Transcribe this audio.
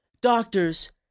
doctors